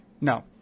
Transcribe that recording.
no